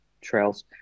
trails